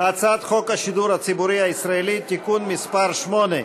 הצעת חוק השידור הציבורי הישראלי (תיקון מס' 8),